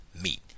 meet